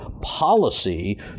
policy